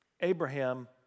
Abraham